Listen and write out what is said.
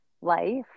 life